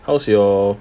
how's your